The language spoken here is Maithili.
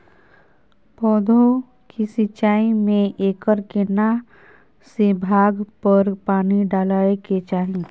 पौधों की सिंचाई में एकर केना से भाग पर पानी डालय के चाही?